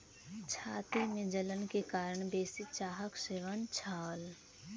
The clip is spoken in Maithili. छाती में जलन के कारण बेसी चाहक सेवन छल